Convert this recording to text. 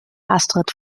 astrid